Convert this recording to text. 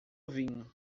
vinho